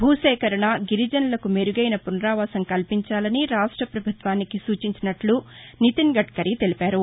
భూసేకరణ గిరిజసులకు మెరుగైన పుసరావాసం కల్పించాలని రాష్ట్ర పభుత్వానికి సూచించినట్లు గడ్కరీ చెప్పారు